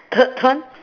take turn